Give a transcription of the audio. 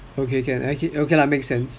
okay can okay lah makes sense